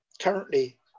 currently